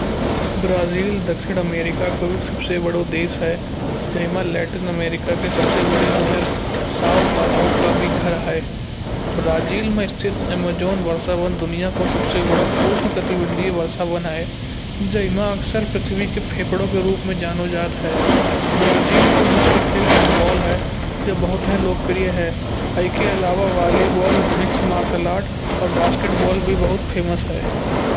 ब्राज़ील दक्षिण अमेरिका का सबसे बड़ा देश है। जे माई लेटिन अमेरिका के सबसे बड़े शहर सवापालव का भी घर है। ब्राज़ील में स्थित अमाजन वर्षावन। दुनिया को सबसे बड़ा उष्ण कटिबंधीय वर्षा बन है। जै माई अक्सर पृथ्वी के फेफड़ों के रूप में जानो जात है। ब्राज़ील का मुख्य खेल फुटबॉल है जो बहुत है लोकप्रिय है। ये के अलावा वॉलीबॉल, मिक्स मार्शल आर्ट और बास्केटबॉल भी बहुत प्रसिद्ध होत हैं।